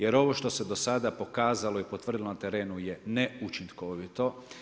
Jer ovo što se do sad pokazalo i potvrdilo na terenu je neučinkovito.